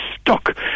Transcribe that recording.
stuck